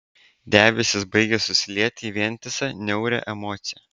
debesys baigė susilieti į vientisą niaurią emociją